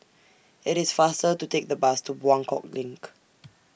IT IS faster to Take The Bus to Buangkok LINK